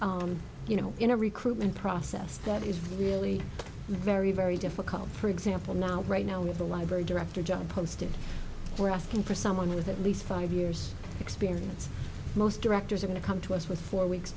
you know in a recruitment process that is really very very difficult for example now right now at the library director john posted we're asking for someone with at least five years experience most directors are going to come to us with four weeks